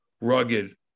rugged